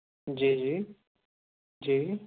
جی جی جی